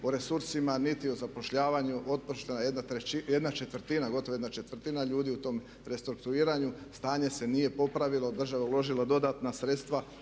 o resursima niti o zapošljavanju, otpuštena je gotovo jedna četvrtina ljudi u tom restrukturiranju, stanje se nije popravilo. Država je uložila dodatna sredstva